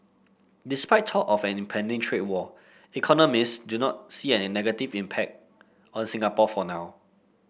despite talk of an impending trade war economist do not see an negative impact on Singapore for now